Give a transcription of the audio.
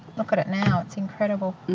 look at it now its incredible,